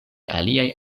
aliaj